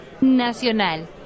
Nacional